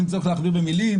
אין צורך להכביר במילים,